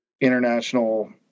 international